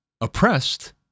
oppressed